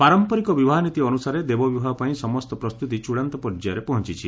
ପାରମ୍ପରିକ ବିବାହ ନୀତି ଅନୁସାରେ ଦେବ ବିବାହ ପାଇଁ ସମସ୍ତ ପ୍ରସ୍ତୁତି ଚୂଡାନ୍ତ ପର୍ଯ୍ୟାୟରେ ପହଞ୍ଚିଛି